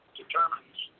Determines